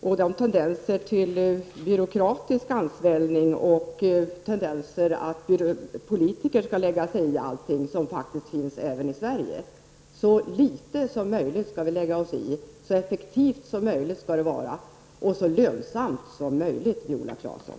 och de tendenser till byråkratisk ansvällning och tendenser till att politiker skall lägga sig i allting som ju faktiskt finns även här i Sverige. Så litet som möjligt skall vi läggas oss i, så effektivt och så lönsamt som möjligt skall det vara, Viola Claesson!